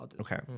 Okay